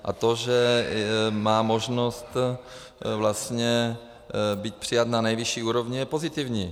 A to, že má možnost vlastně být přijat na nejvyšší úrovni, je pozitivní.